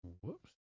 Whoops